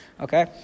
Okay